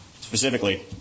Specifically